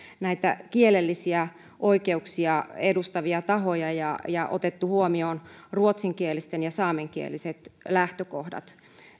näitä kielellisiä oikeuksia edustavia tahoja ja ja otettu huomioon ruotsinkieliset ja saamenkieliset lähtökohdat